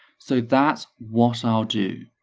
so that's what i'll do.